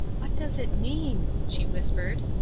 what does it mean? she whispered.